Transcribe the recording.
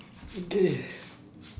okay